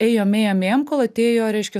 ėjom ėjom ėjom kol atėjo reiškia